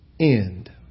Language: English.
end